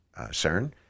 CERN